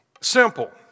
Simple